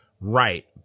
right